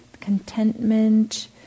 contentment